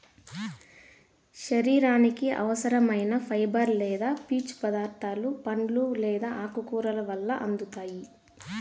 శరీరానికి అవసరం ఐన ఫైబర్ లేదా పీచు పదార్థాలు పండ్లు లేదా ఆకుకూరల వల్ల అందుతాయి